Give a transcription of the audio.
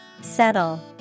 Settle